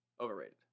Overrated